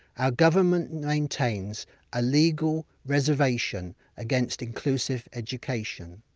our government maintains a legal reservation against inclusive education.